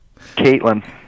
Caitlin